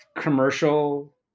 commercial